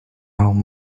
home